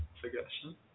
suggestion